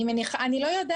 אני שואל,